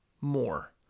more